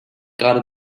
gerade